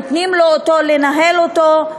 נותנים לו לנהל אותו,